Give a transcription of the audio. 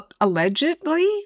allegedly